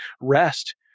rest